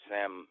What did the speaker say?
Sam